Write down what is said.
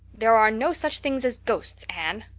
there are no such things as ghosts, anne.